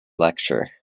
lecture